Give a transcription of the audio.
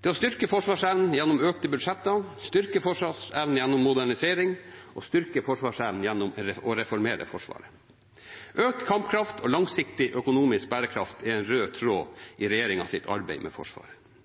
Det er å styrke forsvarsevnen gjennom økte budsjetter, styrke forsvarsevnen gjennom modernisering og styrke forsvarsevnen gjennom å reformere Forsvaret. Økt kampkraft og langsiktig økonomisk bærekraft er en rød tråd i regjeringens arbeid med Forsvaret.